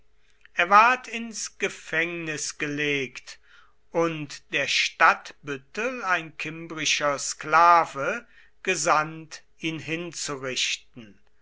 er ward ins gefängnis gelegt und der stadtbüttel ein kimbrischer sklave gesandt ihn hinzurichten